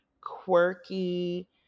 quirky